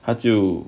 他就